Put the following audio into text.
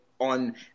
on